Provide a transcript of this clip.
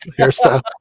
hairstyle